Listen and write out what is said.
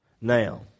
Now